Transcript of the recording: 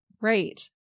Right